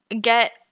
get